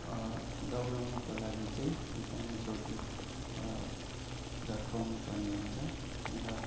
दौडाउनुको लागि चाहिँ एकदमै जोडले झट्काउनुपर्ने हुन्छ र